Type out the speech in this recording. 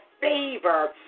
favor